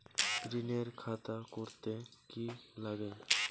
ঋণের খাতা করতে কি লাগে?